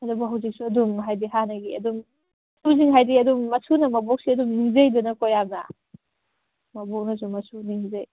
ꯑꯗꯨꯕꯨ ꯍꯧꯖꯤꯛꯁꯨ ꯑꯗꯨꯝ ꯍꯥꯏꯗꯤ ꯍꯥꯟꯅꯒꯤ ꯑꯗꯨꯝ ꯃꯁꯨꯁꯤꯡ ꯍꯥꯏꯗꯤ ꯑꯗꯨꯝ ꯃꯁꯨꯅ ꯃꯕꯣꯛꯁꯤ ꯑꯗꯨꯝ ꯅꯤꯡꯖꯩꯗꯅꯀꯣ ꯌꯥꯝꯅ ꯃꯕꯣꯛꯅꯁꯨ ꯃꯁꯨ ꯅꯤꯡꯖꯩ